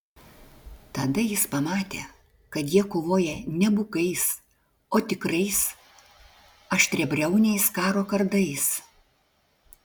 tada jis pamatė kad jie kovoja ne bukais o tikrais aštriabriauniais karo kardais